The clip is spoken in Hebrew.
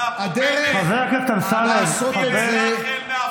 חבר הכנסת קיש, דיברת עשר דקות.